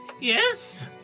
Yes